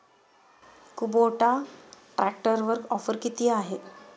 Kubota ट्रॅक्टरवर offer किती आहे?